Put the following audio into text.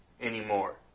anymore